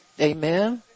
Amen